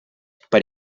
per